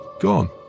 gone